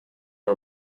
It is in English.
are